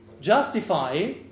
justify